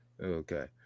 Okay